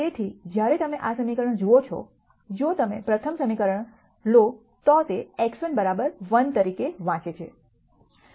તેથી જ્યારે તમે આ સમીકરણ જુઓ છો જો તમે પ્રથમ સમીકરણ લો તો તે x1 1 તરીકે વાંચે છે